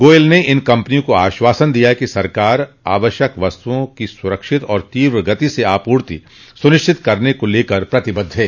गोयल ने इन कम्पनियों को आश्वासन दिया कि सरकार आवश्यक वस्तुओं की सुरक्षित और तीव्र गति से आपूर्ति सुनिश्चित करने को लेकर प्रतिबद्ध है